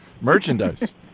Merchandise